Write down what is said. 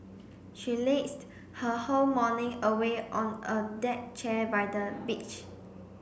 she lazed her whole morning away on a deck chair by the beach